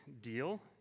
deal